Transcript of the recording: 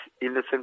innocent